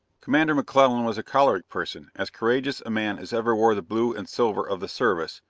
commander mcclellan was a choleric person, as courageous a man as ever wore the blue and silver of the service,